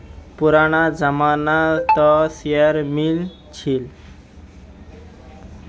पुराना जमाना त शेयर मिल छील